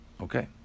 Okay